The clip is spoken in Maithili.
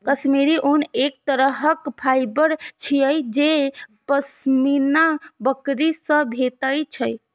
काश्मीरी ऊन एक तरहक फाइबर छियै जे पश्मीना बकरी सं भेटै छै